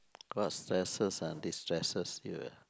what stresses and destresses you ah